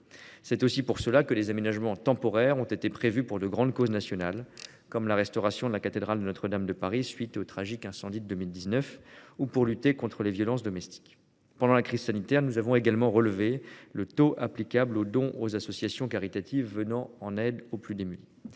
C'est aussi pour cela que des aménagements temporaires ont été prévus pour de grandes causes nationales, comme la restauration de la cathédrale Notre-Dame de Paris, à la suite du tragique incendie de l'année 2019, ou pour lutter contre les violences domestiques. Pendant la crise sanitaire, nous avons également relevé le taux applicable aux dons aux associations caritatives venant en aide aux plus démunis.